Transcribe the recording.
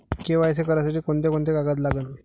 KYC करासाठी कोंते कोंते कागद लागन?